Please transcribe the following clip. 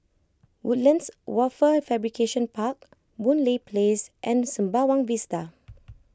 Woodlands Wafer Fabrication Park Boon Lay Place and Sembawang Vista